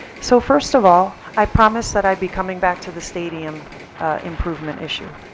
so first of all, i promised that i'd be coming back to the stadium improvement issue.